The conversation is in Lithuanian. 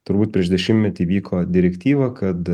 turbūt prieš dešimtmetį vyko direktyva kad